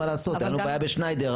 מה לעשות הייתה לנו בעיה בשניידר,